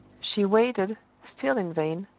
she waited, still in vain,